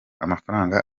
amafaranga